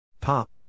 Pop